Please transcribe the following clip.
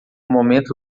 momento